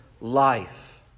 life